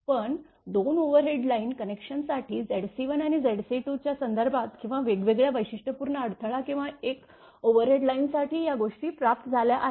पण 2 overhead line कनेक्शनसाठी Zc1 आणि Zc2 च्या संदर्भात किंवा वेगवेगळ्या वैशिष्ट्यपूर्ण अडथळा किंवा एका ओव्हरहेड लाईनसाठी या गोष्टी प्राप्त झाल्या आहेत